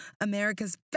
America's